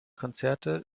konzerte